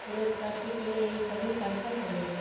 পুরস্কারটি পেলে এই সবই সার্থক হবে